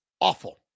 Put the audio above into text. awful